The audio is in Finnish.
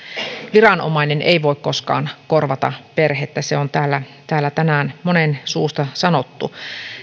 viranomainen ei voi koskaan korvata perhettä se on täällä täällä tänään monen suusta sanottu